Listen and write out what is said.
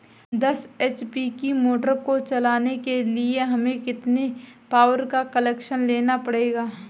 दस एच.पी की मोटर को चलाने के लिए हमें कितने पावर का कनेक्शन लेना पड़ेगा?